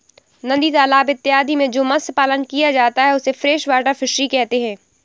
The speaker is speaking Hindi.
नदी तालाब इत्यादि में जो मत्स्य पालन किया जाता है उसे फ्रेश वाटर फिशरी कहते हैं